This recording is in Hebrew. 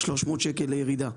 300 שקל לירידה.